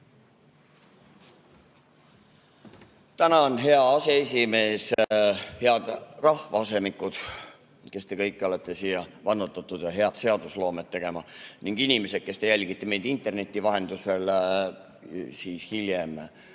Tänan, hea aseesimees! Head rahvaasemikud, kes te kõik olete siia vannutatud head seadusloomet tegema, ning inimesed, kes te jälgite meid interneti vahendusel hiljem!